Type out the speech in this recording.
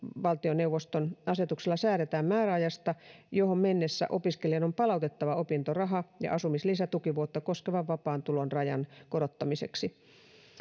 valtioneuvoston asetuksella säädetään määräajasta johon mennessä opiskelijan on palautettava opintoraha ja asumislisä tukivuotta koskevan vapaan tulon rajan korottamiseksi